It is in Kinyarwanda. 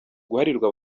guharirwa